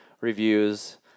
reviews